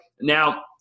Now